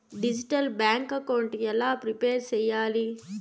Digital bank account ఎలా prepare సెయ్యాలి?